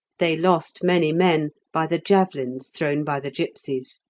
they lost many men by the javelins thrown by the gipsies,